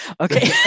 Okay